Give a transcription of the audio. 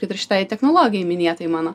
kad ir šitai technologijai minėtai mano